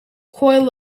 coil